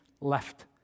left